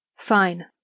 Fine